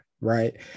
Right